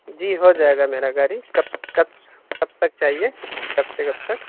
جی ہو جائے گا میرا گاڑی کب کب کب تک چاہیے کب سے کب تک